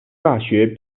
大学